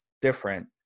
different